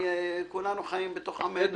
כולנו חיים בתוך עמנו.